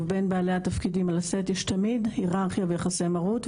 ובין בעלי התפקידים על הסט יש תמיד היררכיה ויחסי מרות,